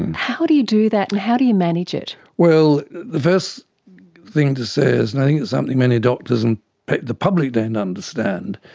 and how do you do that and how do you manage it? well, the first thing to say, and i think it's something many doctors and the public don't understand,